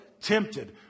tempted